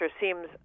seems